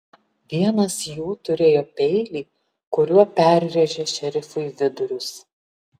vienas jų turėjo peilį kuriuo perrėžė šerifui vidurius